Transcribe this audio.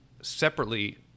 separately